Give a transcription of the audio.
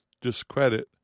discredit